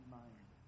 mind